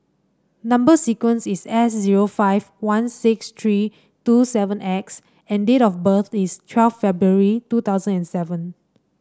number sequence is S zero five one six three two seven X and date of birth is twelve February two thousand and seven